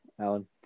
Alan